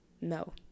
no